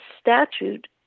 statute